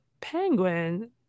penguin